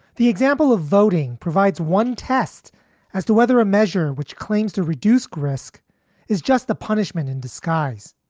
the example of voting provides one test as to whether a measure which claims to reduce risk is just the punishment in disguise.